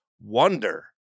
wonder